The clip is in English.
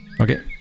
Okay